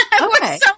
Okay